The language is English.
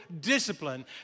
discipline